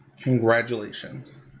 Congratulations